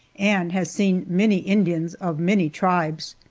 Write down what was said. and has seen many indians of many tribes.